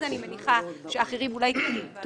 אני מניחה שאחרים אולי כן ---.